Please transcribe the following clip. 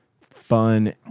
fun